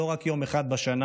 לא רק יום אחד בשנה,